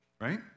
right